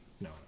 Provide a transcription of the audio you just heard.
No